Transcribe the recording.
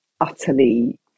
utterly